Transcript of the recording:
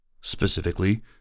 Specifically